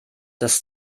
das